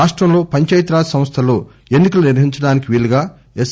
రాష్టంలో పంచాయత్ రాజ్ సంస్థల్లో ఎన్ని కలు నిర్వహించడానికి వీలుగా ఎస్